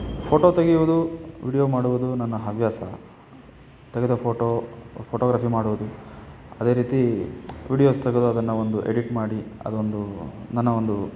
photo ತೆಗೆಯುವುದು video ಮಾಡುವುದು ನನ್ನ ಹವ್ಯಾಸ ತೆಗೆದ ಫೋಟೋ ಫೋಟೋಗ್ರಾಫಿ ಮಾಡೋದು ಅದೇ ರೀತಿ ವೀಡಿಯೋಸ್ ತೆಗೆದು ಅದನ್ನು ಒಂದು ಎಡಿಟ್ ಮಾಡಿ ಅದೊಂದು ನನ್ನ ಒಂದು